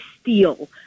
steal